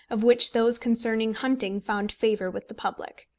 of which those concerning hunting found favour with the public.